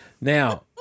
Now